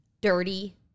dirty